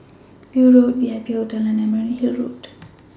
View Road V I P Hotel and Emerald Hill Road